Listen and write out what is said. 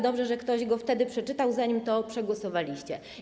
Dobrze, że ktoś go wtedy przeczytał, zanim go przegłosowaliście.